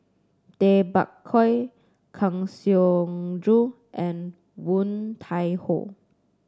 Tay Bak Koi Kang Siong Joo and Woon Tai Ho